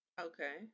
Okay